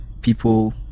people